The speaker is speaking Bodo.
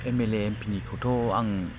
एम एल ए एमपिनिखौथ' आं